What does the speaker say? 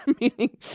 meaning